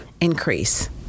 increase